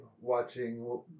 watching